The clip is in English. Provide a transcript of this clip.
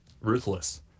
ruthless